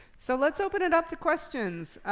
so let's open it up to questions.